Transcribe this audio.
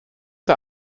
der